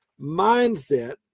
Mindset